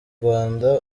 rwanda